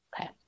Okay